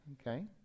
Okay